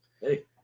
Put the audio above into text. Hey